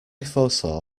foresaw